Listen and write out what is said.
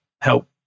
help